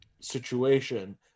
situation